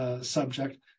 subject